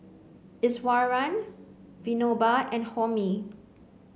Iswaran Vinoba and Homi